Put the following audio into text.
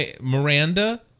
Miranda